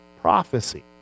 prophecy